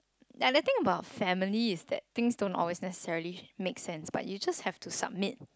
and the thing about family is that things don't always necessarily make sense but you just have to submit